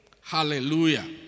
Hallelujah